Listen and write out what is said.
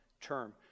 term